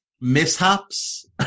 mishaps